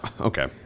okay